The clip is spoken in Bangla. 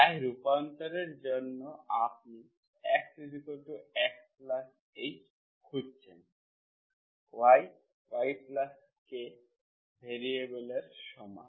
তাই রূপান্তরের জন্য আপনি xXh খুঁজছেন y Yk ভ্যারিয়েবলের সমান